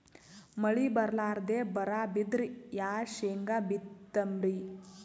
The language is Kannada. ಮಳಿ ಬರ್ಲಾದೆ ಬರಾ ಬಿದ್ರ ಯಾ ಶೇಂಗಾ ಬಿತ್ತಮ್ರೀ?